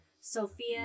Sophia